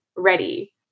Ready